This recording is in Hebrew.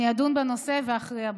אני אדון בנושא ואכריע בו.